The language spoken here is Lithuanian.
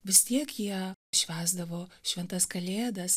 vis tiek jie švęsdavo šventas kalėdas